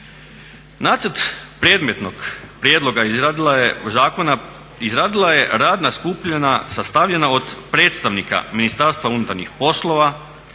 Nacrt predmetnog prijedloga zakona izradila je radna skupina sastavljena od predstavnika Ministarstva unutarnjih poslova,